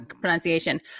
pronunciation